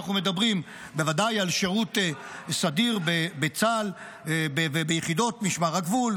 אנחנו מדברים בוודאי על שירות סדיר בצה"ל וביחידות משמר הגבול,